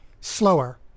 slower